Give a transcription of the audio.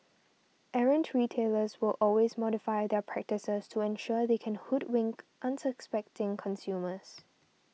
errant retailers will always modify their practices to ensure they can hoodwink unsuspecting consumers